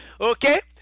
Okay